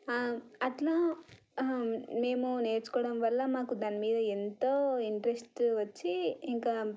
అట్లా మేము నేర్చుకోవడం వల్ల మాకు దాని మీద ఎంతో ఇంట్రెస్ట్ వచ్చి ఇంకా